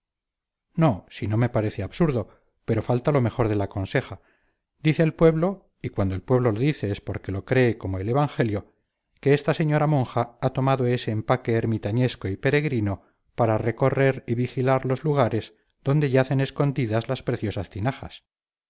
no si no me parece absurdo pero falta lo mejor de la conseja dice el pueblo y cuando el pueblo lo dice es porque lo cree como el evangelio que esta señora monja ha tomado ese empaque ermitañesco y peregrino para recorrer y vigilar los lugares donde yacen escondidas las preciosas tinajas